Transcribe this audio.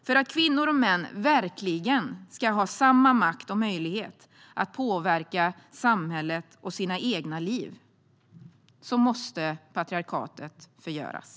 För att kvinnor och män verkligen ska ha samma makt och möjlighet att påverka samhället och sina egna liv måste patriarkatet förgöras.